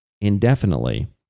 indefinitely